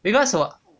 because 我